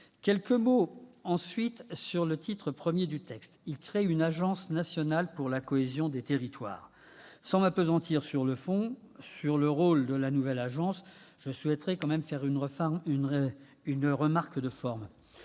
Je veux ensuite évoquer le titre I du texte. Celui-ci crée une agence nationale pour la cohésion des territoires. Sans m'appesantir, sur le fond, sur le rôle de la nouvelle agence, je souhaite tout de même faire une remarque de forme.